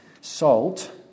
salt